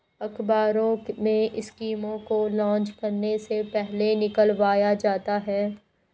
अखबारों में स्कीमों को लान्च करने से पहले निकलवाया जाता है